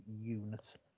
unit